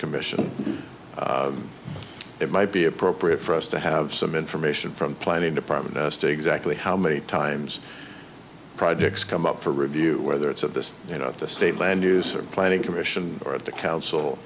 commission it might be appropriate for us to have some information from planning department as to exactly how many times projects come up for review whether it's at this you know at the state land use planning commission or at the council